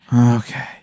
Okay